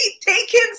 taken